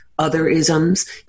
otherisms